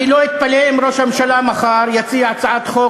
אני לא אתפלא אם ראש הממשלה מחר יציע הצעת חוק